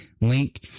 link